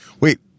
Wait